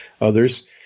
others